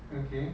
okay